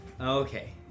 okay